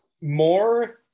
more